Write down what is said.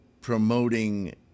promoting